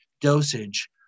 dosage